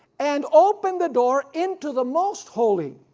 and open the door into the most holy,